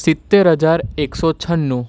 સિત્તેર હજાર એકસો છન્નું